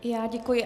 I já děkuji.